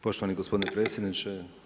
Poštovani gospodine predsjedniče.